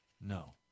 no